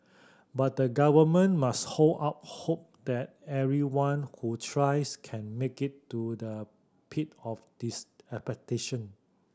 but the Government must hold out hope that everyone who tries can make it to the peak of this expectation